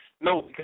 No